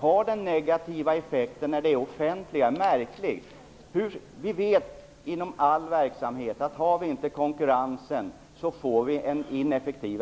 har denna negativa effekt är märklig. Vi vet att om det inte finns konkurrens blir all verksamhet ineffektiv.